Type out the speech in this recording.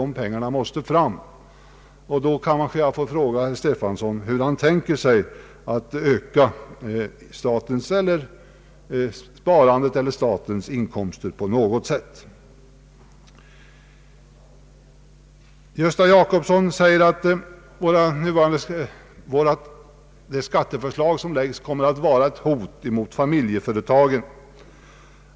Då kanske jag får fråga herr Stefanson på vilket sätt han tänker sig öka sparandet eller statens inkomster. Herr Gösta Jacobsson säger att skatteförslaget kommer att bli ett hot mot familjeföretagen.